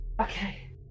Okay